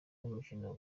y’umukino